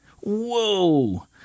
Whoa